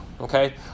okay